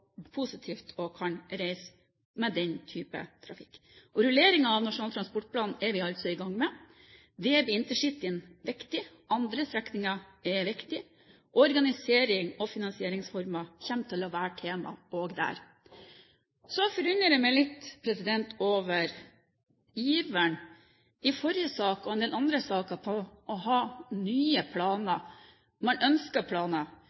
reise med den type transport. Og rulleringen av Nasjonal transportplan er vi altså i gang med. Der blir intercitystrekninger viktig. Andre strekninger er òg viktige, og organisering og finansieringsformer kommer til å være tema òg der. Så forundrer jeg meg litt over iveren i forrige sak og i en del andre saker etter å ha nye planer. Man ønsker planer,